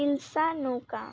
ইলশা নৌকা